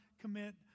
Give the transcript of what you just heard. commit